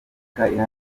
iharanira